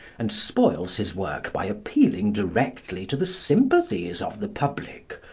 and spoils his work by appealing directly to the sympathies of the public,